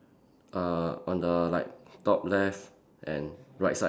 uh on the like top left and right side